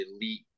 elite